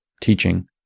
teaching